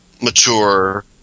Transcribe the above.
mature